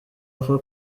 apfa